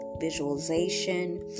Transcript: visualization